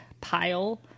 pile